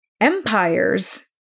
empires